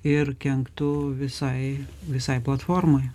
ir kenktų visai visai platformai